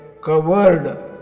covered